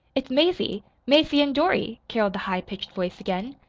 it's mazie mazie and dorothy, caroled the high-pitched voice again.